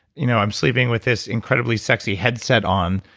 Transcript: you know i'm sleeping with this incredibly sexy headset on,